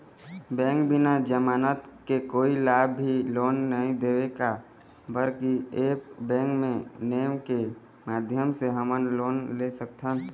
Bank बिना जमानत के कोई ला भी लोन नहीं देवे का बर की ऐप बैंक के नेम के माध्यम से हमन लोन ले सकथन?